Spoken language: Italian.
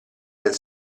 del